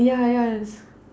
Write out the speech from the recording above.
ya ya